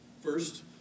First